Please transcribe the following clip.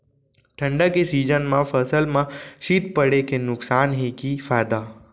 ठंडा के सीजन मा फसल मा शीत पड़े के नुकसान हे कि फायदा?